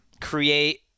create